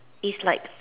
it's like